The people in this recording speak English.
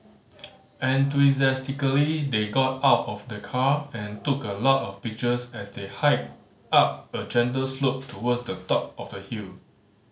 enthusiastically they got out of the car and took a lot of pictures as they hiked up a gentle slope towards the top of the hill